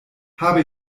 habe